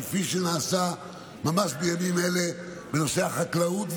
כפי שנעשה ממש בימים אלה בנושא החקלאות,